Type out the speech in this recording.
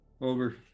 over